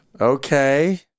Okay